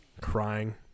Crying